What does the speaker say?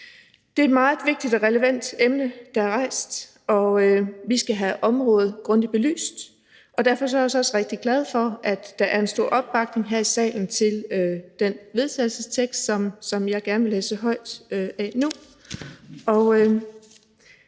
Det er et meget vigtigt og relevant emne, der er rejst, og vi skal have området grundig belyst, og derfor er jeg også rigtig glad for, at der er en stor opbakning her i salen til den vedtagelsestekst, som jeg gerne vil læse højt nu.